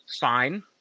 fine